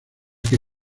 que